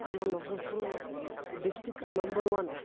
ଆମ Nabarangpur district number one